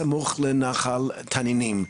סמוך לנחל תנינים.